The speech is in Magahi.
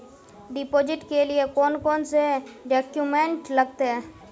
डिपोजिट के लिए कौन कौन से डॉक्यूमेंट लगते?